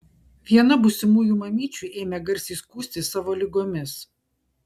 viena būsimųjų mamyčių ėmė garsiai skųstis savo ligomis